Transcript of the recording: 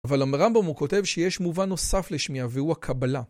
אבל גם ברמב"ם הוא כותב שיש מובן נוסף להשמיע והוא הקבלה.